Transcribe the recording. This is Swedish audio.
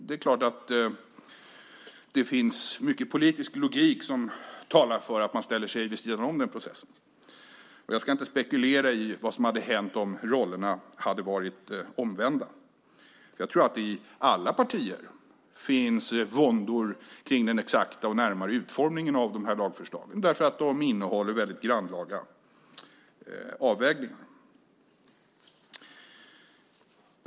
Det är klart att det finns mycket politisk logik som talar för att man ställer sig vid sidan av processen. Jag ska inte spekulera i vad som hade hänt om rollerna hade varit omvända. Jag tror att det i alla partier finns våndor kring den exakta och närmare utformningen av de här lagförslagen för att de innehåller väldigt grannlaga avvägningar.